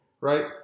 right